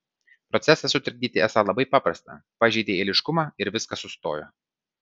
procesą sutrikdyti esą labai paprasta pažeidei eiliškumą ir viskas sustojo